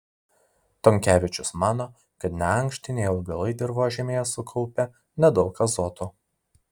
tonkevičius mano kad neankštiniai augalai dirvožemyje sukaupia nedaug azoto